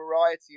variety